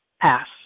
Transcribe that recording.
Pass